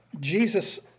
Jesus